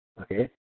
Okay